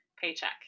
paycheck